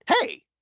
hey